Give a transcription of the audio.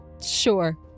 Sure